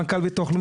מנכ"ל ביטוח לאומי,